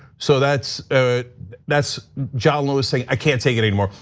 so, that's that's john lewis saying, i can't take it anymore.